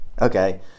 Okay